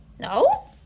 No